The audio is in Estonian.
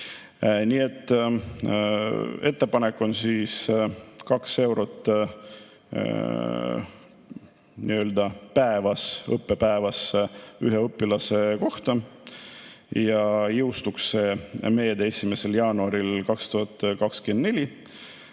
Nii et ettepanek on 2 eurot päevas, õppepäevas, ühe õpilase kohta ja jõustuks see meede 1. jaanuaril 2024.